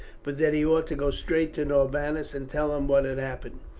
but that he ought to go straight to norbanus and tell him what had happened,